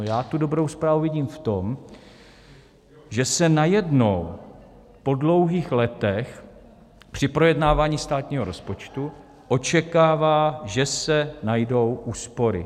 Já tu dobrou zprávu vidím v tom, že se najednou po dlouhých letech při projednávání státního rozpočtu očekává, že se najdou úspory.